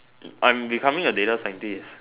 I'm becoming a data scientist